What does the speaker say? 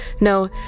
No